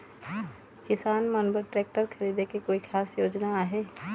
किसान मन बर ट्रैक्टर खरीदे के कोई खास योजना आहे?